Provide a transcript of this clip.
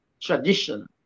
tradition